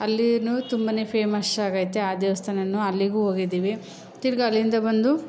ಅಲ್ಲಿಯೂ ತುಂಬನೇ ಫೇಮಶ್ ಆಗೈತೆ ಆ ದೇವಸ್ಥಾನವೂ ಅಲ್ಲಿಗೂ ಹೋಗಿದ್ದೀವಿ ತಿರುಗ ಅಲ್ಲಿಂದ ಬಂದು